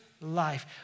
Life